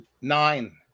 Nine